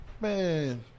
Man